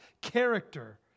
character